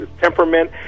temperament